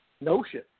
notion